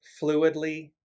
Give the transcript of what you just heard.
fluidly